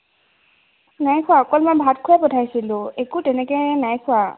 নাইখোৱা অকণমান ভাত খোৱাই পঠাইছিলোঁ একো তেনেকৈ নাইখোৱা